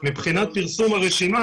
מבחינת פרסום הזכאים,